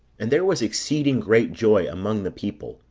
and there was exceeding great joy among the people,